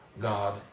God